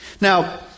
Now